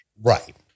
Right